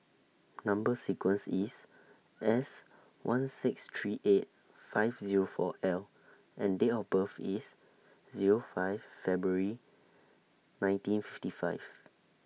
Number sequence IS S one six three eight five Zero four L and Date of birth IS Zero five February nineteen fifty five